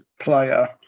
player